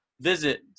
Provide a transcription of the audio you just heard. visit